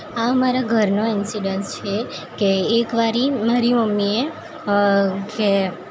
આ મારા ઘરનો ઇનસિડન્સ છે કે એકવાર મારી મમ્મીએ કે